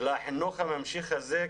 לחינוך הממשיך הזה,